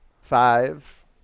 Five